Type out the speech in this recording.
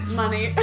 money